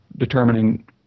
determining